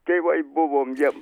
tėvai buvom jiem